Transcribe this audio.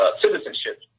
citizenship